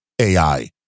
AI